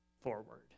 forward